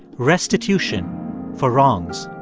restitution for wrongs.